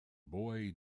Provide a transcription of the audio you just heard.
boy